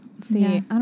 See